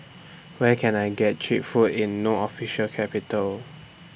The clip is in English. Where Can I get Cheap Food in No Official Capital